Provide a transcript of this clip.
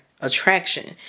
attraction